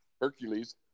Hercules